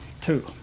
Two